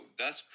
thus